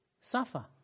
suffer